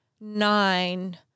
nine